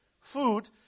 food